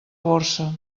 borsa